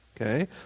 Okay